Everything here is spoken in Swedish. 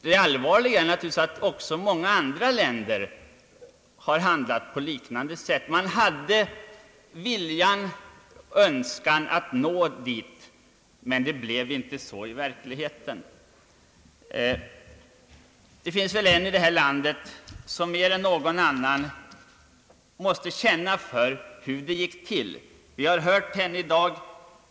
Det allvarliga är naturligtvis också att många andra länder har handlat på liknande sätt. Man hade viljan och önskan att nå till det uppsatta målet, men man gjorde inte det i verkligheten. Det finns väl en i detta land som mer än någon annan måste känna hur det gick till. Vi har hört henne i dag.